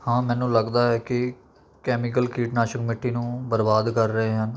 ਹਾਂ ਮੈਨੂੰ ਲੱਗਦਾ ਹੈ ਕਿ ਕੈਮੀਕਲ ਕੀਟਨਾਸ਼ਕ ਮਿੱਟੀ ਨੂੰ ਬਰਬਾਦ ਕਰ ਰਹੇ ਹਨ